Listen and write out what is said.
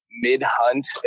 mid-hunt